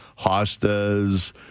Hostas